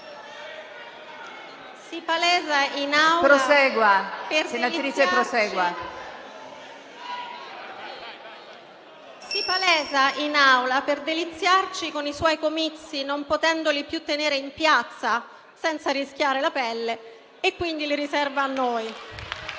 Si palesa in Aula per deliziarci con i suoi comizi. Non potendoli più tenere in piazza senza rischiare la pelle, li riserva a noi.